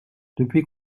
depuis